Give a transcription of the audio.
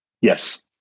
Yes